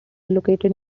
located